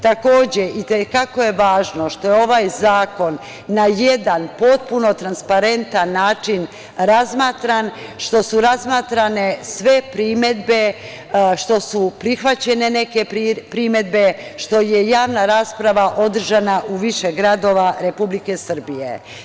Takođe, važno je što je ovaj zakon na jedan potpuno transparentan način razmatram, što su razmatrane sve primedbe, što su prihvaćene neke primedbe, što je javna rasprava održana u više gradova Republike Srbije.